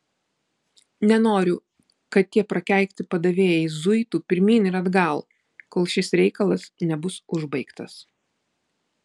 nenoriu kad tie prakeikti padavėjai zuitų pirmyn ir atgal kol šis reikalas nebus užbaigtas